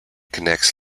connects